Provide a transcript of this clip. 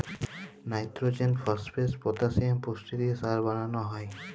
লাইট্রজেল, phosphate, potassium পুষ্টি দিঁয়ে সার বালাল হ্যয়